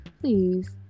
please